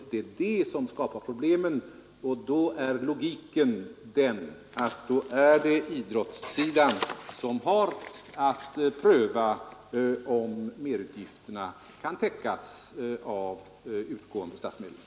Det är det som skapar problemen, och då kräver logiken att det är idrottssidan som har att pröva, om merutgifterna kan täckas, t.ex. av utgående statsmedel.